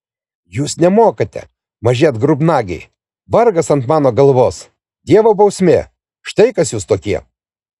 jūs nemokate maži atgrubnagiai vargas ant mano galvos dievo bausmė štai kas jūs tokie